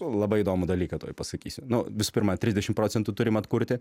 labai įdomų dalyką tuoj pasakysiu nu visų pirma trisdešim procentų turim atkurti